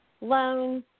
loans